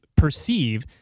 Perceive